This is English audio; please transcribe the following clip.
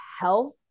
health